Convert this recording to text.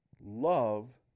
Love